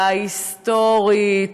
ההיסטורית,